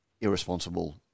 irresponsible